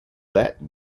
that